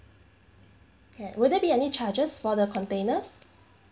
can would there be any charges for the containers